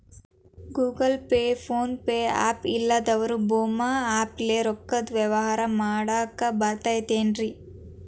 Google Pay, PhonePe app ಇಲ್ಲದವರು ಭೇಮಾ app ಲೇ ರೊಕ್ಕದ ವ್ಯವಹಾರ ಮಾಡಾಕ್ ಬರತೈತೇನ್ರೇ?